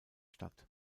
statt